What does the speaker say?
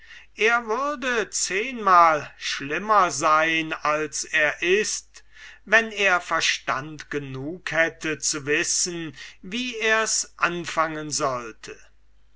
er würde zehnmal schlimmer sein als er ist wenn er verstand genug hätte um zu wissen wie ers anfangen soll